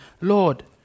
Lord